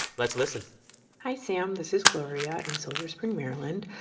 let's listen hi, sam. this is gloria in silver spring, md. um and